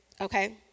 okay